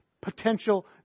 potential